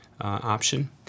option